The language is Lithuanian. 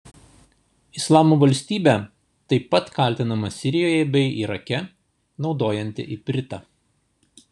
islamo valstybė taip pat kaltinama sirijoje bei irake naudojanti ipritą